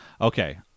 Okay